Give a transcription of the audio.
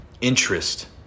interest